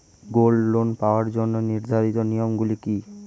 Gold loan পাওয়ার জন্য নির্ধারিত নিয়ম গুলি কি?